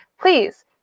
please